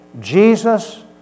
Jesus